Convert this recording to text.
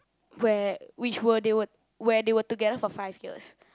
where which were they were where they were together for five years